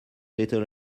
little